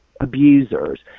abusers